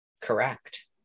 Correct